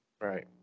right